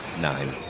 Nine